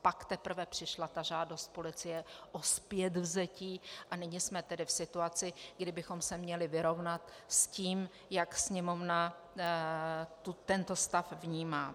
Pak teprve přišla žádost policie o zpětvzetí a nyní jsme tedy v situaci, kdy bychom se měli vyrovnat s tím, jak Sněmovna tento stav vnímá.